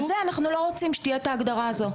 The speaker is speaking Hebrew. לכן אנחנו לא רוצים את ההגדרה הזאת.